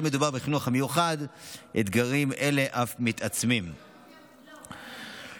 שבמסגרתה חדרו מחבלים מתועבים ליישובים בדרום הארץ.